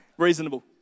reasonable